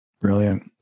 Brilliant